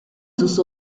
sus